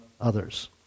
others